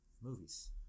movies